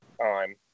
time